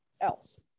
else